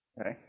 Okay